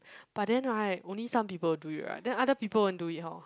but then right only some people do it right then other people won't do it hor